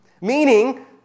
Meaning